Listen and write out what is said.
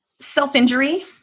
Self-injury